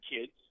kids